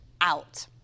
out